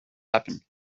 happen